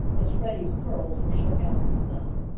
as freddie's curls were shook out in the sun.